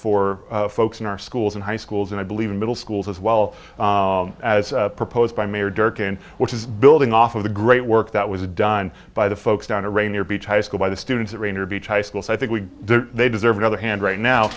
for folks in our schools and high schools and i believe in middle schools as well as proposed by mayor durkin which is building off of the great work that was done by the folks down to rainier beach high school by the students at rainard beach high school so i think we they deserve another hand right now